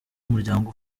umuryango